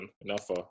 enough